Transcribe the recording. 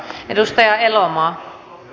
edustaja elomaa